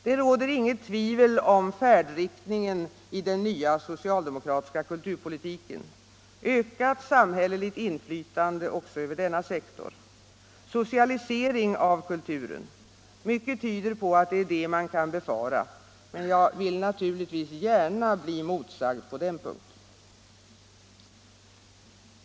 Det råder inget tvivel om färdriktningen i den nya socialdemokratiska kulturpolitiken: ökat samhälleligt inflytande också över denna sektor. Socialisering av kulturen - mycket tyder på att det är detta man kan befara. Men jag vill naturligtvis gärna bli motsagd på den punkten.